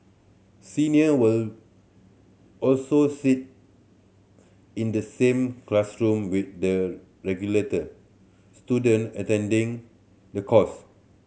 senior will also sit in the same classroom with the student attending the course